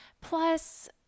Plus